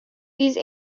these